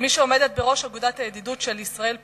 כמי שעומדת בראש אגודת הידידות של ישראל ופרו,